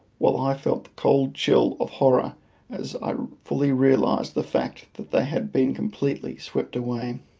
while i felt cold chill of horror as i fully realised the fact that they had been completely swept away.